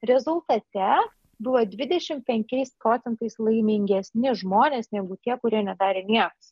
rezultate buvo dvidešim penkiais procentais laimingesni žmonės negu tie kurie nedarė niekas